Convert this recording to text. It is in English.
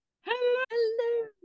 Hello